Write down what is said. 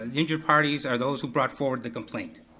ah the injured parties are those who brought forward the complaint.